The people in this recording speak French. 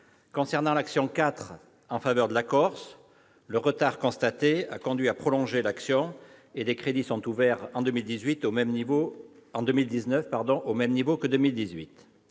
de l'action n° 04 en faveur de la Corse, le retard constaté a conduit à prolonger l'action, et des crédits sont ouverts, pour 2019, au même niveau que pour